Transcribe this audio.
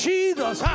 Jesus